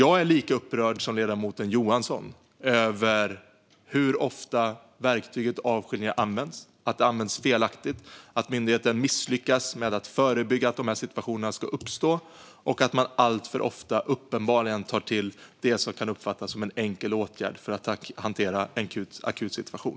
Jag är dock lika upprörd som ledamoten Johansson över hur ofta verktyget avskiljning används, att det används felaktigt, att myndigheten har misslyckats med att förebygga att situationerna uppstår och att man alltför ofta uppenbarligen tar till det som kan uppfattas som en enkel åtgärd för att hantera en akut situation.